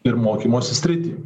ir mokymosi sritį